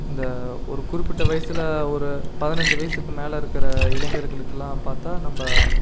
இந்த ஒரு குறிப்பிட்ட வயதில் ஒரு பதினஞ்சு வயதுக்கு மேல் இருக்கிற இளைஞர்களுக்குலாம் பார்த்தா நம்ம